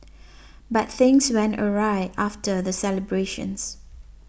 but things went awry after the celebrations